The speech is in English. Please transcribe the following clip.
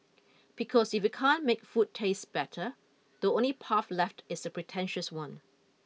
because if you can't make food taste better the only path left is the pretentious one